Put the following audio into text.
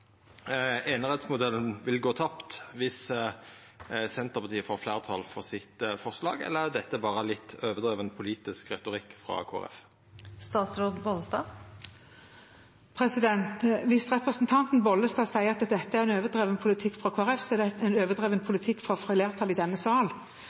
vil gå tapt dersom Senterpartiet får fleirtal for forslaget sitt, eller er dette berre litt overdriven politisk retorikk frå Kristeleg Folkeparti? Hvis representanten Pollestad sier at dette er en overdrevet politikk fra Kristelig Folkeparti, er det en